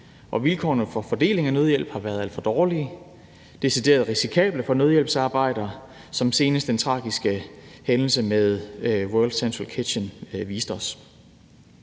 vilkårene for fordelingen af nødhjælp har været alt for dårlige. Det har været decideret risikabelt for nødhjælpsarbejdere, som senest den tragiske hændelse med World Central Kitchen viste os.